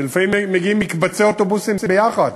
שלפעמים מגיעים מקבצי אוטובוסים ביחד